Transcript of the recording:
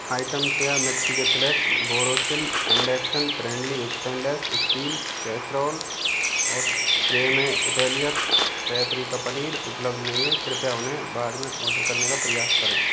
item केया मिर्ची के फ्लैक्स Borosil induction friendly stainless steel casserole और क्रेमेइटैलियप पैपरी का पनीर उपलब्ध नहीं हैं कृपया उन्हें बाद में ऑर्डर करने का प्रयास करें